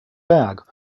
bag